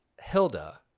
hilda